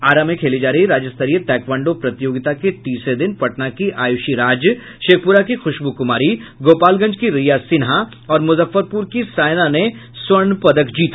आरा में खेली जा रही राज्य स्तरीय ताईक्वांडो प्रतियोगिता के तीसरे दिन पटना की आयुषी राज शेखपुरा की खुशबू कुमारी गोपालगंज की रिया सिन्हा और मूजफ्फरपूर की सायना ने स्वर्ण पदक जीता